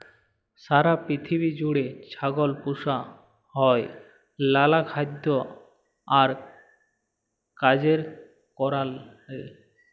সারা পিথিবী জুইড়ে ছাগল পুসা হ্যয় লালা খাইদ্য আর কাজের কারলে